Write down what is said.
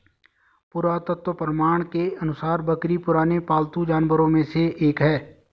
पुरातत्व प्रमाण के अनुसार बकरी पुराने पालतू जानवरों में से एक है